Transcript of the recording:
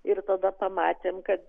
ir tada pamatėm kad